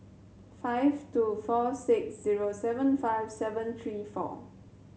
five two four six zero seven five seven three four